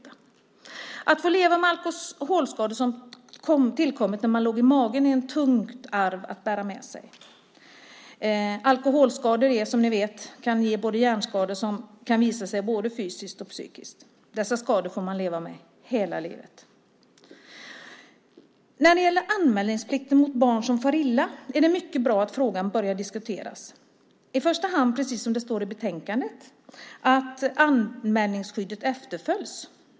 Att leva med alkoholskador som tillkom när man låg i magen är ett tungt arv att bära med sig. Alkoholskador kan som ni vet ge hjärnskador som kan visa sig både fysiskt och psykiskt. Dessa skador får man leva med hela livet. När det gäller anmälningsplikten av barn som far illa är det mycket bra att frågan börjar diskuteras. I första hand gäller det precis som det står i betänkandet att anmälningsskyddet efterföljs.